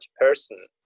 person